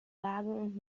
wagen